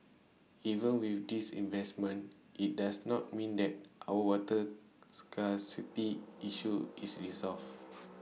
even with these investments IT does not mean that our water scarcity issue is resolved